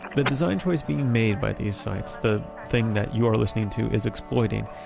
the design choice being made by these sites the thing that you are listening to is exploiting,